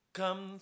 come